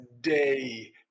day